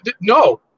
No